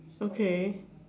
okay